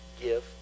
give